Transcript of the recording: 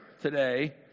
today